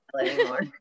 anymore